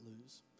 lose